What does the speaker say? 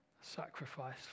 sacrifice